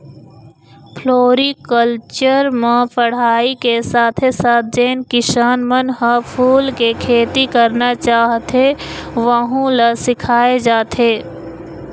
floriculture म पढ़ाई के साथे साथ जेन किसान मन ह फूल के खेती करना चाहथे वहूँ ल सिखाए जाथे